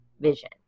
vision